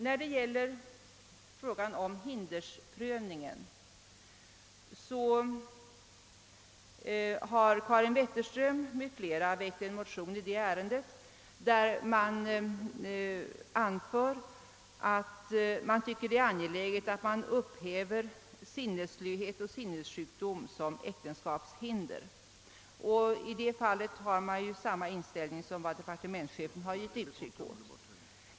När det gäller hindersprövningen har fröken Wetterström m.fl. — jag tillhör själv motionärerna — väckt en motion vari pekas på angelägenheten av att upphäva sinnesslöhet och sinnessjukdom som äktenskapshinder. I det fallet har vi motionärer samma inställning som den departementschefen givit uttryck åt.